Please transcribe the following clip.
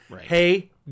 Hey